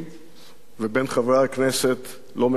ובין חברי הכנסת לא מעט לוחמים,